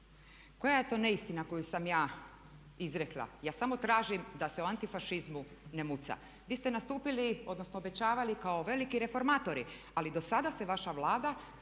Koja je to neistina koju sam ja izrekla? Ja samo tražim da se o antifašizmu ne muca. Vi ste nastupili odnosno obećavali kao veliki reformatori, ali dosada se vaša Vlada